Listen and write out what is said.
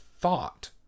thought